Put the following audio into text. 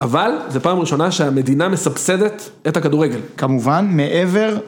אבל, זו פעם ראשונה שהמדינה מסבסדת את הכדורגל. כמובן, מעבר...